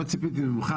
ממך